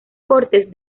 cortes